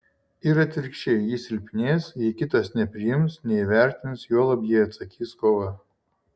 ir atvirkščiai ji silpnės jei kitas nepriims neįvertins juolab jei atsakys kova